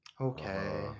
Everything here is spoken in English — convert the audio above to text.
okay